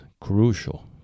crucial